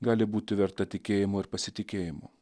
gali būti verta tikėjimo ir pasitikėjimo